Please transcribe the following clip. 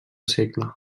segle